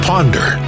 Ponder